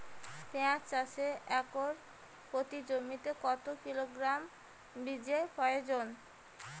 পেঁয়াজ চাষে একর প্রতি জমিতে কত কিলোগ্রাম বীজের প্রয়োজন?